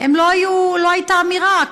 לא הייתה אמירה,